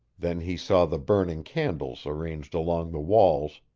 then he saw the burning candles arranged along the walls,